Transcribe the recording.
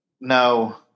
no